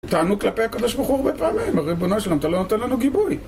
טענו כלפי הקדוש ברוך הוא הרבה פעמים, ריבונו של עולם, אתה לא נותן לנו גיבוי.